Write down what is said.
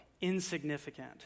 insignificant